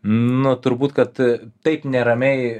nu turbūt kad taip neramiai